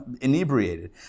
inebriated